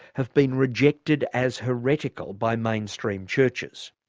have been rejected as heretical by mainstream churches.